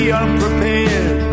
unprepared